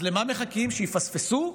אז למה מחכים, שיפספסו?